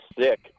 sick